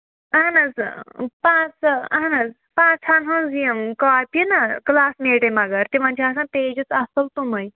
اہن حظ پنٛژٕ اہن حظ پَنٛژہن ہٕنٛزۍ یِم کاپی نا کٕلاس میٹٕے مگر تِمَن چھِ آسان پیجِز اَصٕل تِمَے